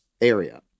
area